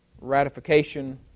ratification